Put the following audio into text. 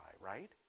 right